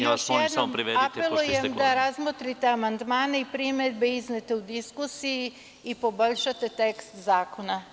Još jednom apelujem da razmotrite amandmane i primedbe iznete u diskusiji i poboljšate tekst zakona.